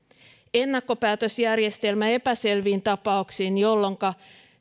ennakkopäätösjärjestelmä epäselviin tapauksiin jolloinka